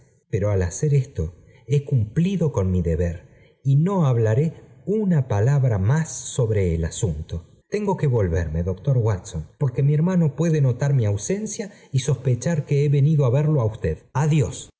pero al hacer esto he cumplido con mi deber y no hablaré una palabra más sobre el asunto tengo que volverme doctor watson porque mi hermano puede notar mi ausencia y sospechar que he venido á verlo á usted